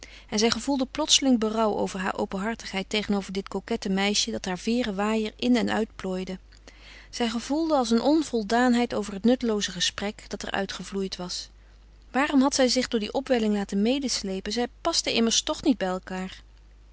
en zij gevoelde plotseling berouw over haar openhartigheid tegenover dit coquette meisje dat haar veêren waaier in en uitplooide zij gevoelde als een onvoldaanheid over het nuttelooze gesprek dat er uit gevloeid was waarom had zij zich door die opwelling laten medeslepen zij pasten immers toch niet bij elkaâr